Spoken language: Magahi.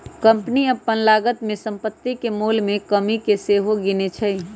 कंपनी अप्पन लागत में सम्पति के मोल में कमि के सेहो गिनै छइ